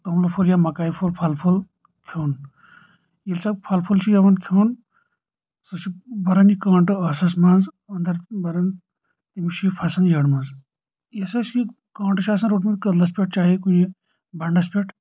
توملہٕ پھوٚل یا مکایہِ پھوٚل پھل پھوٚل کھیٚوٚن ییٚلہِ سۄ پھل پھوٚل چھِ ہیٚوان کھیٚوٚن سۄ چھِ بران یہِ کٲنٹہٕ ٲسس منٛز اندر بران أمِس چھُ یہِ پھسان یٔڑۍ منٛز یُس اسہِ یہِ کٲنٛٹہٕ چھُ آسان روٚٹمُت کدلس پٮ۪ٹھ چاہے کُنہِ بنڈس پٮ۪ٹھ